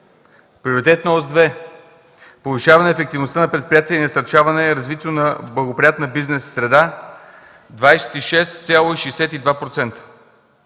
Приоритетна ос 2 – повишаване ефективността на предприятията и насърчаване на развитието на благоприятна бизнес среда 26,62%.